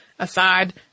aside